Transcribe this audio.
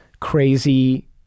crazy